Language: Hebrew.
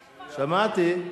שמעתי,